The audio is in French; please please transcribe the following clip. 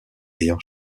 ayant